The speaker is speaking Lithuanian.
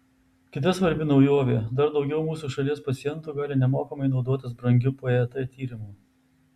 kita svarbi naujovė dar daugiau mūsų šalies pacientų gali nemokamai naudotis brangiu pet tyrimu